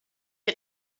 boy